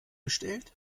gestellt